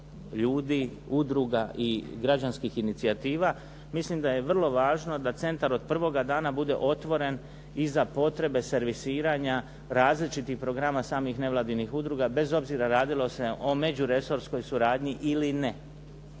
ljudi, udruga i građanskih inicijativa mislim da je vrlo važno da centar od prvoga dana bude otvoren i za potrebe servisiranja različitih programa samih nevladinih udruga, bez obzira radilo se o međuresorskoj suradnji ili ne.